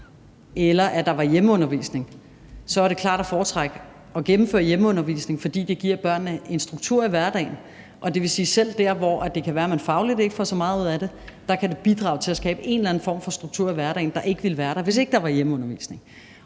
eller hjemmeundervisning, og der var det klart at foretrække at gennemføre hjemmeundervisning, fordi det giver børnene en struktur i hverdagen. Det vil sige, at selv der, hvor det kan være, at man fagligt ikke får så meget ud af det, kan det bidrage til at skabe en eller anden form for struktur i hverdagen, som ikke ville være der, hvis der ikke var hjemmeundervisning.